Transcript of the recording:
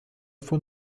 von